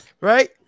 Right